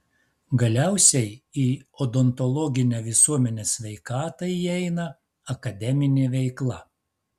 galiausiai į odontologinę visuomenės sveikatą įeina akademinė veikla